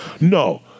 No